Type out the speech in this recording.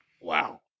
Wow